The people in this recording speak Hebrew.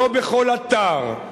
לא בכל אתר,